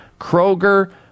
Kroger